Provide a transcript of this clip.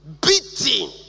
beating